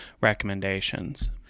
recommendations